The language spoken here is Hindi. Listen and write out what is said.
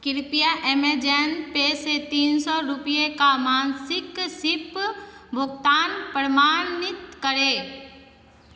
कृपया ऐमेजान पैसे तीन सौ रुपय का मासिक सिप भुगतान प्रमाणित करें